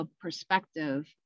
perspective